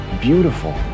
beautiful